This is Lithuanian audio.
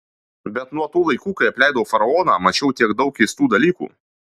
bet nuo tų laikų kai apleidau faraoną mačiau tiek daug keistų dalykų